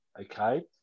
Okay